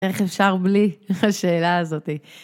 איך אפשר בלי השאלה הזאתי.